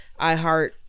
iHeart